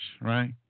right